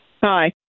hi